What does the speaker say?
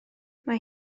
mae